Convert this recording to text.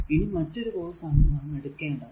ഇനി മറ്റൊരു കോഴ്സ് ആണ് നാം എടുക്കേണ്ടത്